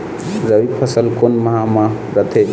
रबी फसल कोन माह म रथे?